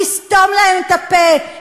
נסתום להם את הפה,